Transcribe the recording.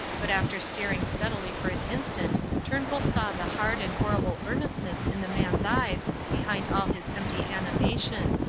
but after staring steadily for an instant turnbull saw the hard and horrible earnestness in the man's eyes behind all his empty animation.